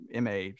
MA